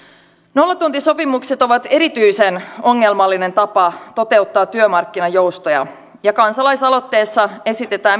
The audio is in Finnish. nollatuntisopimukset ovat erityisen ongelmallinen tapa toteuttaa työmarkkinajoustoja ja kansalaisaloitteessa esitetään